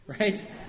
right